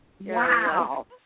Wow